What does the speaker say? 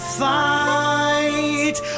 fight